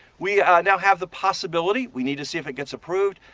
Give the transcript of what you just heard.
we ah now have the possibility, we need to see if it gets approved,